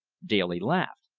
daly laughed.